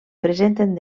presenten